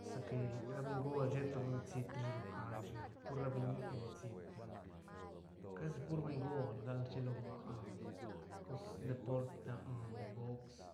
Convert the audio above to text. sa que ra bengol sheta ru ri siit rashi lo canch na pur ra biñi ri siit na ca si pur bengol gal rshilo cos deport box